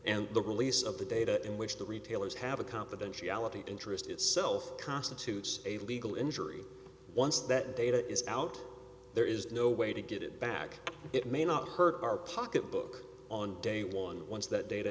and the release of the data in which the retailers have a confidentiality interest itself constitutes a legal injury once that data is out there is no way to get it back it may not hurt our pocketbook on day one once that data